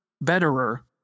betterer